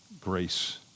grace